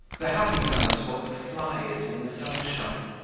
the happy man is what the fly is in the sunshine.